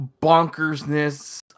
bonkersness